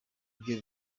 ibyo